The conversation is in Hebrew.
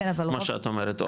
מה שאת אומרת,